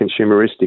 consumeristic